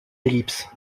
ellipse